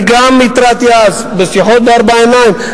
גם התרעתי אז, בשיחות בארבע עיניים.